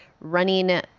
running